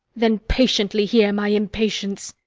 then patiently hear my impatience.